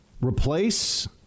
replace